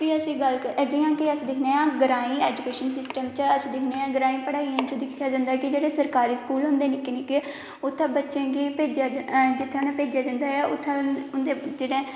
फ्ही अस गल्ल करा दे फ्ही अस दिक्खने आं ग्राईं एजुकेशन सिस्टम च अस दिक्खने आं ग्राईं च पढाइयां च दिक्खेआ जंदा कि सरकारी स्कूल होंदे निक्के निक्के उत्थै बच्चे गी भेजेआ जंदा जित्थै उ'नेंगी भेजेआ जंदा उत्थै उं'दे जेह्ड़ा